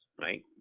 right